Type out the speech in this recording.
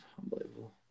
Unbelievable